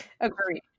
Agreed